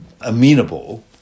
amenable